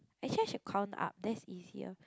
actually i should count up then that's easier